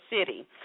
city